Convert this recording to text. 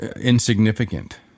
insignificant